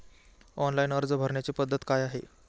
Online अर्ज भरण्याची पद्धत काय आहे?